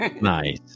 nice